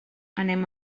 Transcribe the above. anem